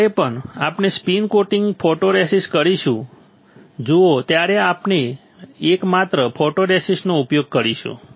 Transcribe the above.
જ્યારે પણ આપણે સ્પિન કોટિંગ ફોટોરેસિસ્ટ કરીશું જુઓ ત્યારે આપણે એક માસ્ક ફોટોરેસિસ્ટનો ઉપયોગ કરીશું